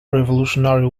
revolutionary